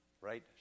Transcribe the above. Right